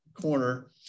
corner